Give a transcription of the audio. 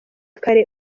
kare